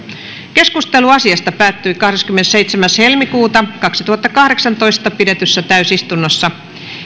keskustelu asiasta päättyi kahdeskymmenesseitsemäs toista kaksituhattakahdeksantoista pidetyssä täysistunnossa